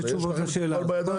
יש לכם הכול בידיים שלכם.